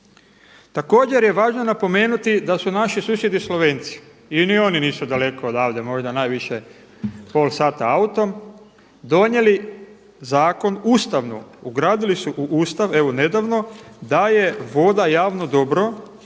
Također je važno napomenuti da su naši susjedi Slovenci, ni oni nisu daleko odavde možda najviše pola sata autom, donijeli zakon ustavno, ugradili su u Ustav evo nedavno da je voda javno dobro